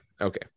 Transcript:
Okay